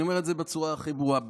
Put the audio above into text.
אני אומר את זה בצורה הכי ברורה.